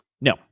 No